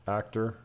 actor